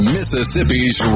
Mississippi's